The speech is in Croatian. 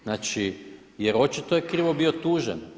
Znači, jer očito je krivo bio tužen.